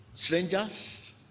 strangers